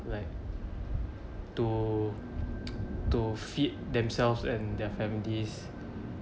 like to to feed themselves and their families